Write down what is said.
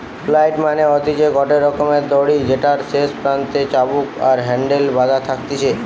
flail মানে হতিছে গটে রকমের দড়ি যেটার শেষ প্রান্তে চাবুক আর হ্যান্ডেল বাধা থাকতিছে